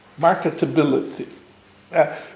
marketability